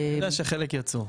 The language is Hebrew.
חלק קטן יצאו.